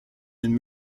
and